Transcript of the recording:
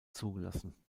zugelassen